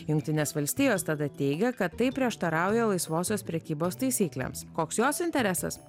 jungtinės valstijos tada teigė kad tai prieštarauja laisvosios prekybos taisyklėms koks jos interesas